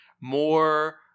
more